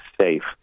safe